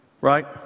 right